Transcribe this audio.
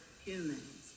humans